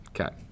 Okay